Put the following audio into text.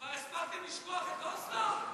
כבר הספקתם לשכוח את אוסלו?